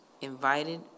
invited